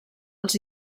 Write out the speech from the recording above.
els